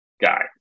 guy